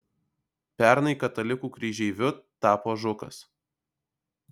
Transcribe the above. pernai katalikų kryžeiviu tapo žukas